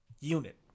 unit